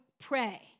pray